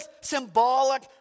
symbolic